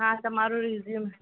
હા તમારો રીઝયુમ